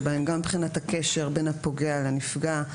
גם מבחינת הקשר בין הפוגע לנפגע.